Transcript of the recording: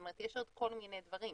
זאת אומרת יש עוד כל מיני דברים,